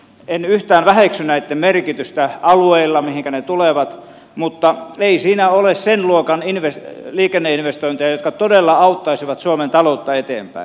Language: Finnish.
en yhtään väheksy näitten merkitystä alueilla mihinkä ne tulevat mutta ei siinä ole sen luokan liikenneinvestointeja jotka todella auttaisivat suomen taloutta eteenpäin